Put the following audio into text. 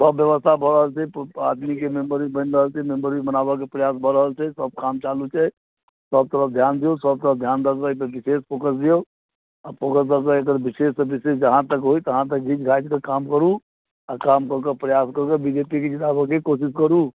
सब व्यवस्था भऽ रहल छै आदमीके मेंबर भी बनि रहल छै मेंबर भी बनाबऽके प्रयास भऽ रहल छै सब काम चालू छै सब तरफ ध्यान दियौ सब तरफ ध्यान रखबै तब विशेष ओकर दियौ कोशिश कए कऽ एकर विशेषसँ विशेष जहाँ तक होइ तहाँ तक घीञ्च घाञ्चिके काम करू आओर काम कऽ कऽ प्रयास कऽ कऽ बी जे पी के जीताबैके कोशिश करू ध्यान रखबै तऽ विशेष कऽके दियौ